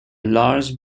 large